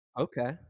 Okay